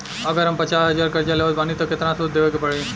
अगर हम पचास हज़ार कर्जा लेवत बानी त केतना सूद देवे के पड़ी?